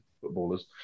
footballers